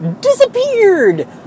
disappeared